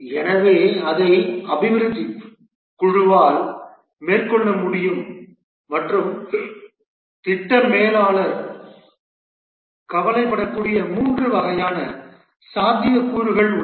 எனவே அதை அபிவிருத்தி குழுவால் மேற்கொள்ள முடியும் மற்றும் திட்ட மேலாளர் கவலைப்படக்கூடிய 3 வகையான சாத்தியக்கூறுகள் உள்ளன